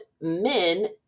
men